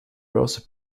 browser